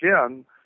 again